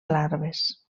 larves